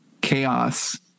chaos